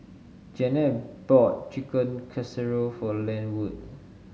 Janette bought Chicken Casserole for Lenwood